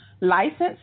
Licensed